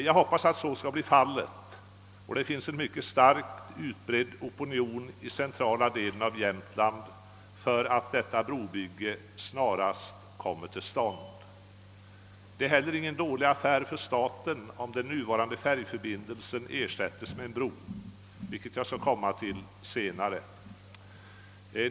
Jag hoppas att så skall bli fallet. Det finns en mycket stark och utbredd opinion i den centrala delen av Jämtland för att detta brobygge snarast skall komma till stånd. Det skulle inte vara någon dålig affär för staten om den nuvarande färjförbindelsen ersattes med en bro, och jag skall senare återkomma härtill.